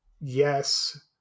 yes